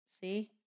See